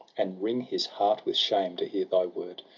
and wring his heart with shame, to hear thy word!